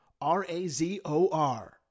R-A-Z-O-R